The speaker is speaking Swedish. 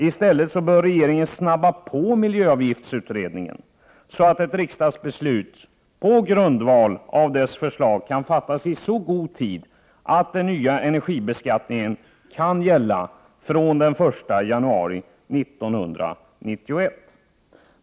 I stället bör regeringen påskynda miljöavgiftsutredningen, så att ett riksdagsbeslut på grundval av dess förslag kan fattas i så god tid att den nya energibeskattningen kan gälla från den 1 januari 1991.